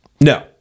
No